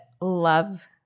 love